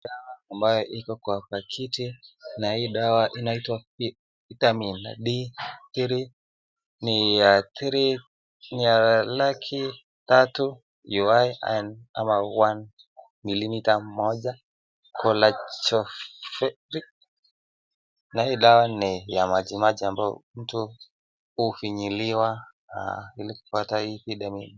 Dawa ambayo iki kwa pakiti na inatwa Vitamin D3 300,000 UI 1ml Cholecalciferol na hii dawa ni ya majimaji ambayo hufinyiliwa ili kupata hii vitamin .